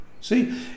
See